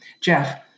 Jeff